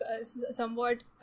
somewhat